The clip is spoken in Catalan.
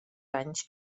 anys